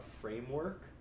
framework